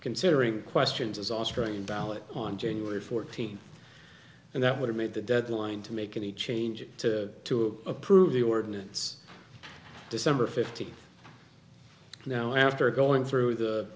considering questions as australian ballot on january fourteenth and that would meet the deadline to make any changes to to approve the ordinance december fifteenth now after going through the